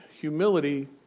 humility